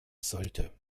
sollte